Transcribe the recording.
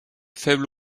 faible